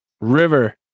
River